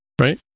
right